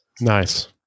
Nice